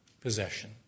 possession